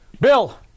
Bill